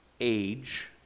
age